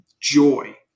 joy